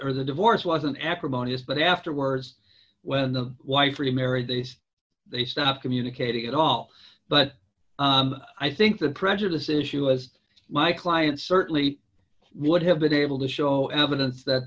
or the divorce was an eprom bonus but afterwards when the wife remarried days they stopped communicating at all but i think the prejudice issue was my client certainly would have been able to show evidence that